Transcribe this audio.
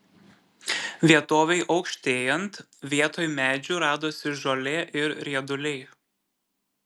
vietovei aukštėjant vietoj medžių radosi žolė ir rieduliai